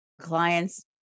Clients